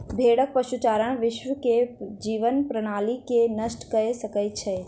भेड़क पशुचारण विश्व के जीवन प्रणाली के नष्ट कय सकै छै